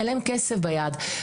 אין להן כסף ביד.